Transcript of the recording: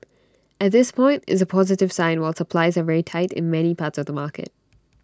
at this point it's A positive sign while supplies are very tight in many parts of the market